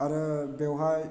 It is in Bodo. आरो बेवहाय